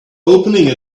opening